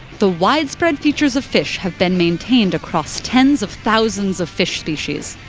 the widespread features of fish have been maintained across tens of thousands of fish species,